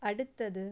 அடுத்தது